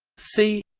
c